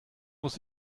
muss